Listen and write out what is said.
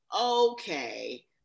okay